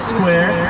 Square